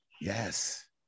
Yes